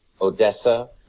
Odessa